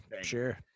sure